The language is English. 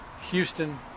Houston